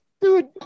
dude